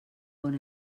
bon